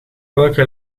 welke